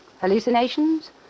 Hallucinations